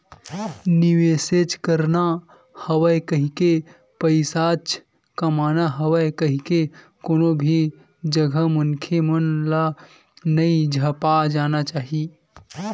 निवेसेच करना हवय कहिके, पइसाच कमाना हवय कहिके कोनो भी जघा मनखे मन ल नइ झपा जाना चाही